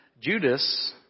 Judas